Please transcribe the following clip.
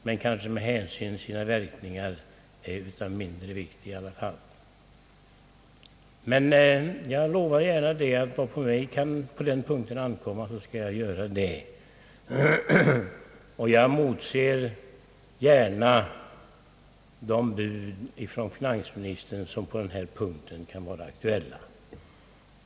Men kanske de med hänsyn till sina verkningar är av mindre vikt i alla fall. Jag lovar emellertid gärna att göra vad som på mig kan ankomma i detta fall. Jag motser de bud från finansministern, som på denna punkt kan vara aktuella.